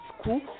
school